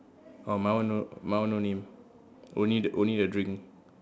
orh my one no my one no name only the only the drink